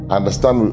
understand